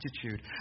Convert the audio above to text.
attitude